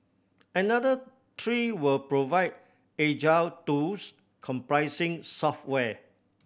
another three will provide agile tools comprising software